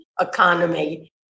economy